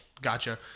Gotcha